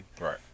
Right